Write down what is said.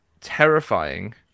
terrifying